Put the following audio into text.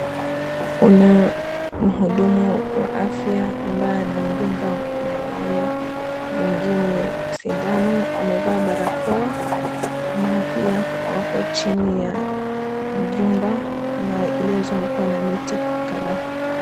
Kuna mhudumu wa afya ambaye anamdunga mwanaume mwingine sindano. Amevaa barakoa, na pia wako chini ya jumba 𝑛𝑎 iliyozungukwa na miti kadhaa.